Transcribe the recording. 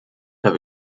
have